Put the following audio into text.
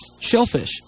shellfish